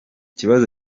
kibazo